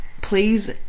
please